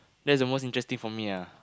that's the most interesting for me ah